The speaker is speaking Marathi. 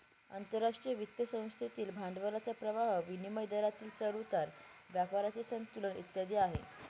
आंतरराष्ट्रीय वित्त संस्थेतील भांडवलाचा प्रवाह, विनिमय दरातील चढ उतार, व्यापाराचे संतुलन इत्यादी आहे